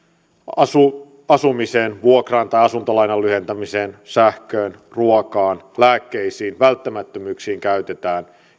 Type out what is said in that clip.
asumiseen vuokraan tai asuntolainan lyhentämiseen sähköön ruokaan lääkkeisiin välttämättömyyksiin käytetään